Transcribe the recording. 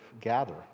gather